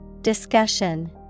Discussion